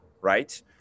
right